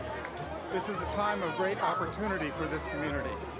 this is a time of great opportunity for this community,